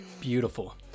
Beautiful